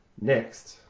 next